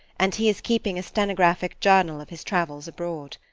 and he is keeping a stenographic journal of his travels abroad.